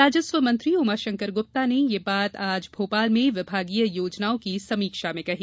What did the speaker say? राजस्व मंत्री उमाशंकर गुप्ता ने यह बात आज भोपाल में विभागीय योजनाओं की समीक्षा में कही